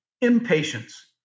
impatience